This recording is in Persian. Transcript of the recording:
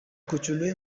کوچولوی